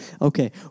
Okay